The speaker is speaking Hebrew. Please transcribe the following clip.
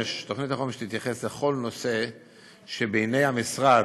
תוכנית החומש תתייחס לכל נושא שבעיני המשרד,